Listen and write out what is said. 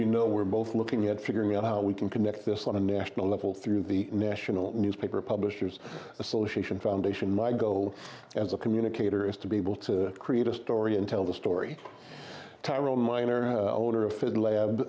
you know we're both looking at figuring out how we can connect this on a national level through the national newspaper publishers association foundation my goal as a communicator is to be able to create a story and tell the story tyrell minor holder of finland